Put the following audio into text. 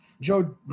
Joe